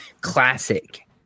classic